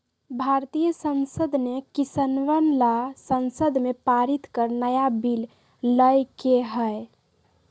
भारतीय संसद ने किसनवन ला संसद में पारित कर नया बिल लय के है